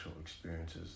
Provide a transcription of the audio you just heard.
experiences